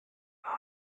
are